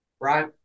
right